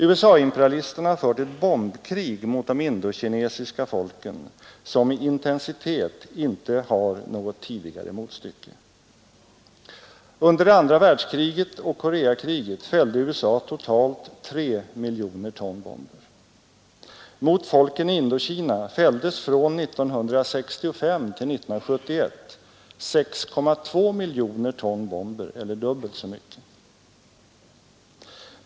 USA-imperialisterna har fört ett bombkrig mot de indokinesiska folken som i intensitet icke tidigare haft sitt motstycke. Under det andra världskriget och Koreakriget fällde USA totalt 3 miljoner ton bomber. Mot folken i Indokina fälldes från 1965 till 1971 6,3 miljoner ton bomber eller dubbelt så mycket.